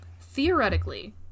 Theoretically